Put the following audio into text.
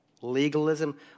Legalism